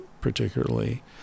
particularly